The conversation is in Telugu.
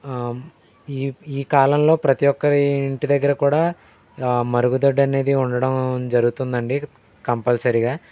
ఈ ఈ కాలంలో ప్రతి ఒక్కరి ఇంటి దగ్గర కూడా మరుగుదొడ్డి అనేది ఉండడం జరుగుతుంది అండి కంపల్సరిగా